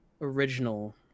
original